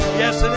yes